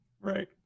right